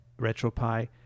RetroPie